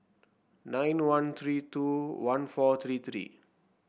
nine one three two one four three three